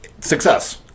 Success